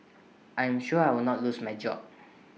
I am sure I will not lose my job